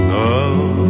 love